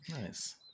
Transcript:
Nice